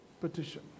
petition